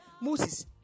Moses